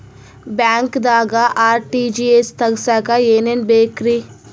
ಬ್ಯಾಂಕ್ದಾಗ ಆರ್.ಟಿ.ಜಿ.ಎಸ್ ತಗ್ಸಾಕ್ ಏನೇನ್ ಬೇಕ್ರಿ?